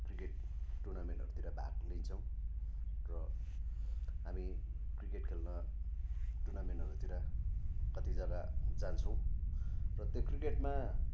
cricket टुर्नामेन्टहरूतिर भाग लिन्छौँ र हामी क्रिकेट खेल्न टुर्नामेन्टहरूतिर कति जग्गा जान्छौँ र त्यो क्रिकेटमा